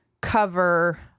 cover